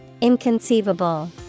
Inconceivable